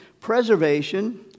preservation